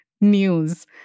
news